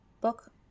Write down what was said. book